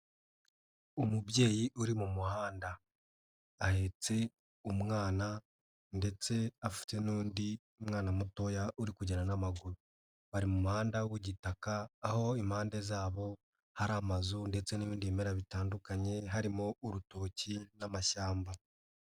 Umubyeyi uri mu muhanda, ahetse umwana ndetse afite n'undi mwana mutoya uri kugenda n'amaguru, bari mu muhanda w'igitaka aho impande zabo hari amazu ndetse n'ibindi bimera bitandukanye, harimo urutoki n'amashyamba.